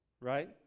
right